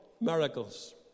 miracles